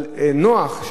על נח,